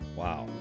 wow